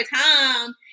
time